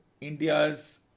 India's